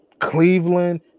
Cleveland